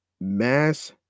Mass